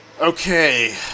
Okay